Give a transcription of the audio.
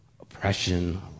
oppression